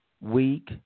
week